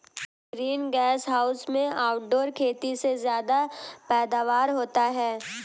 green gas house में outdoor खेती से ज्यादा पैदावार होता है